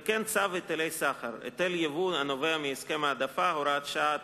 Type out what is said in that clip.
וכן צו היטלי סחר (היטל יבוא הנובע מהסכם העדפה) (הוראת שעה),